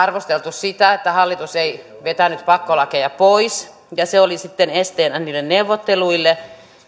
sitä että hallitus ei vetänyt pakkolakeja pois ja se oli sitten esteenä niille neuvotteluille ja